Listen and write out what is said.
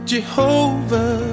Jehovah